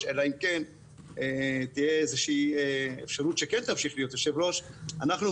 אלא אם כן תהיה אפשרות שכן תמשיך להיות יושב-ראש הוועדה.